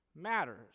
matters